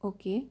okay